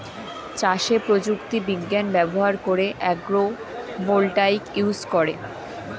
চাষে প্রযুক্তি বিজ্ঞান ব্যবহার করে আগ্রো ভোল্টাইক ইউজ করে